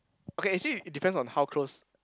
okay actually it depends on how close